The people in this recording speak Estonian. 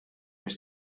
mis